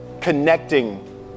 connecting